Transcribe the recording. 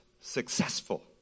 successful